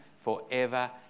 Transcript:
forever